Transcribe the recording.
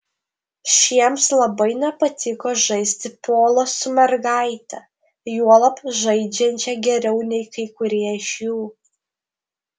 šiems labai nepatiko žaisti polą su mergaite juolab žaidžiančia geriau nei kai kurie iš jų